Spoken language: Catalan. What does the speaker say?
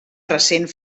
recent